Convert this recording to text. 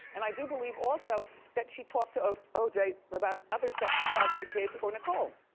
and i do believe also that she talked to o to o j. about other stuff besides the kids or nicole.